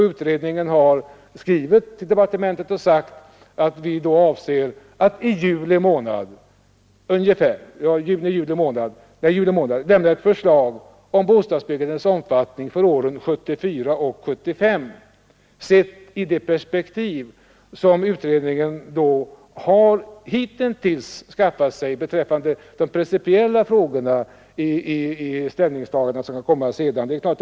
Utredningen har skrivit till departementschefen och meddelat att vi avser att i juli månad lämna ett förslag om bostadsbyggandets omfattning för åren 1974 och 1975, sett i det perspektiv som utredningen hittills har skaffat sig rörande de principiella frågorna i det ställningstagande som skall göras senare.